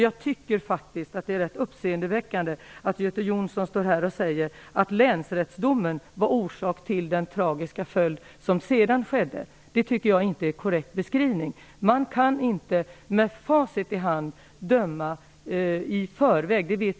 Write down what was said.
Jag tycker faktiskt att det är rätt uppseendeväckande att Göte Jonsson säger att länsrättsdomen var orsak till det tragiska som sedan skedde. Det tycker inte jag är en korrekt beskrivning. Man kan inte döma i förväg, Göte Jonsson.